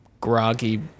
groggy